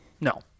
No